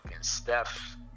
Steph